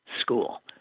School